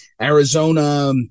Arizona